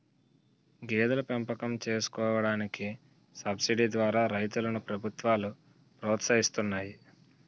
గేదెల పెంపకం చేసుకోడానికి సబసిడీ ద్వారా రైతులను ప్రభుత్వాలు ప్రోత్సహిస్తున్నాయి